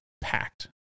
packed